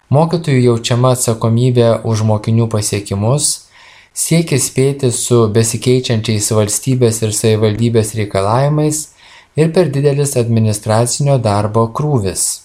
mokytojų jaučiama atsakomybė už mokinių pasiekimus siekis spėti su besikeičiančiais valstybės ir savivaldybės reikalavimais ir per didelis administracinio darbo krūvis